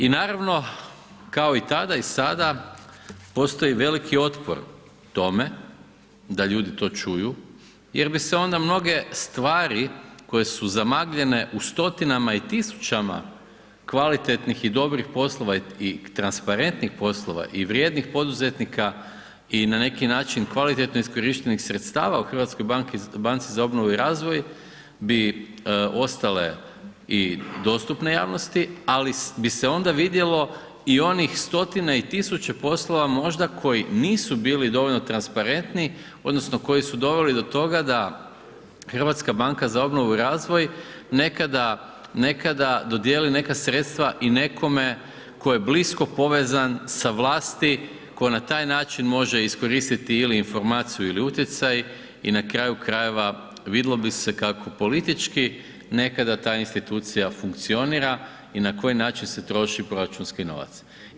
I naravno, kao i tada i sada, postoji veliki otpor tome da ljudi to čuju jer bi se onda mnoge stvari koje su zamagljene u stotinama i tisućama kvalitetnih i dobrih poslova i transparentnih poslova i vrijednih poduzetnika i na neki način kvalitetno iskorištenih sredstava u HBOR-u bi ostale i dostupne javnosti ali bi se onda vidjelo i onih stotine i tisuće poslova možda koji nisu bili dovoljno transparentni odnosno koji su doveli do toga da HBOR nekada dodijeli neka sredstva i nekome tko je blisko povezan sa vlasti, tko na taj način može iskoristiti ili informaciju ili utjecaj i na kraju krajeva, vidjelo bi se kako politički nekada ta institucija funkcionira i na koji način se troši proračunski novac.